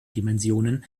dimensionen